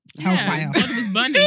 hellfire